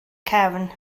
cefn